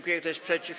Kto jest przeciw?